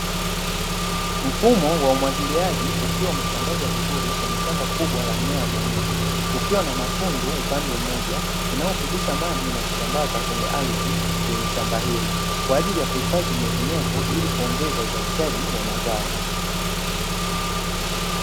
Mfumo wa umwagiliaji ukiwa umesambazwa vizuri kwenye shamba kubwa la mmea mahindi, ukiwa na matundu upande mmoja inayopitisha maji na kusambaza kwenye ardhi yenye shamba hili, kwaajili ya kuhifadhi unyevunyevu ili kuongeza uzalishaji wa mazao.